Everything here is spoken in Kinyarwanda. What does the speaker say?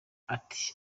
ati